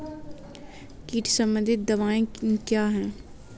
कीट संबंधित दवाएँ क्या हैं?